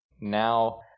now